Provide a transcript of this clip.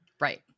Right